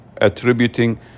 attributing